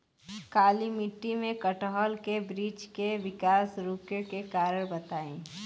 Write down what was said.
काली मिट्टी में कटहल के बृच्छ के विकास रुके के कारण बताई?